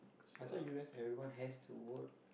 I thought you guys everyone has to vote